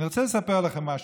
אני רוצה לספר לכם משהו,